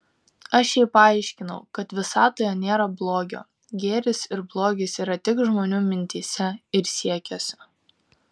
aš jai paaiškinau kad visatoje nėra blogio gėris ir blogis yra tik žmonių mintyse ir siekiuose